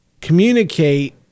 communicate